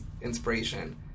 inspiration